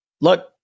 Look